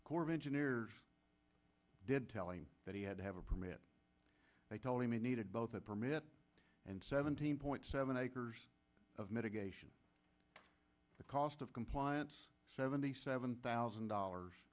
the corps of engineers did tell him that he had to have a permit they told him it needed both a permit and seventeen point seven acres of mitigation the cost of compliance seventy seven thousand dollars